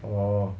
orh